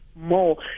more